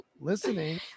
listening